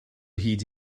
hyd